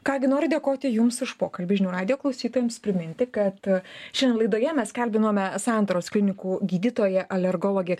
ką gi noriu dėkoti jums už pokalbį žinių radijo klausytojams priminti kad šiandien laidoje mes kalbinome santaros klinikų gydytoją alergologę